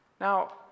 Now